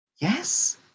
Yes